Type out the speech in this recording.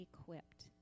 equipped